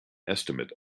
estimate